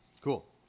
Cool